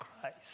Christ